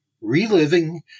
Reliving